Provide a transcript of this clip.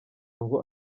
ngo